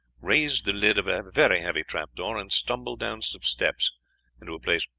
raised the lid of a very heavy trapdoor, and stumbled down some steps into a place,